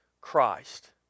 Christ